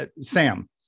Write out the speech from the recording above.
Sam